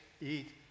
eat